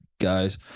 guys